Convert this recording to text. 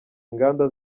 inganda